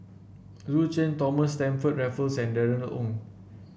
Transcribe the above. Yu Zhuye Thomas Stamford Raffles and Darrell Ang